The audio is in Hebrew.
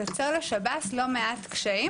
יוצר לשב"ס לא מעט קשיים,